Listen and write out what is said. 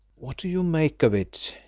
what do you make of it?